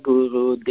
Guru